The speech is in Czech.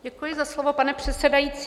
Děkuji za slovo, pane předsedající.